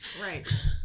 Right